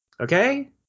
okay